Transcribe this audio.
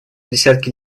десятки